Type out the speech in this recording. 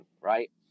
Right